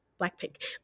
Blackpink